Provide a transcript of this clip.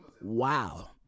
Wow